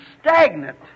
stagnant